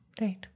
Right